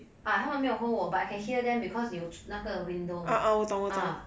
ah 他们没有 hold 我 but I can hear them because 有那个 window mah